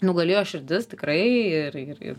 nugalėjo širdis tikrai ir ir